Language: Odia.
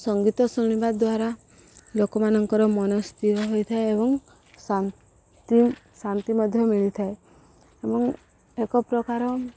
ସଙ୍ଗୀତ ଶୁଣିବା ଦ୍ୱାରା ଲୋକମାନଙ୍କର ମନ ସ୍ଥିର ହୋଇଥାଏ ଏବଂ ଶାନ୍ତି ଶାନ୍ତି ମଧ୍ୟ ମିଳିଥାଏ ଏବଂ ଏକପ୍ରକାର